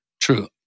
True